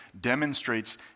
demonstrates